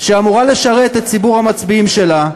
שאמורה לשרת את ציבור המצביעים שלה,